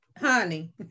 honey